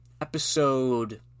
episode